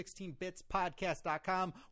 16bitspodcast.com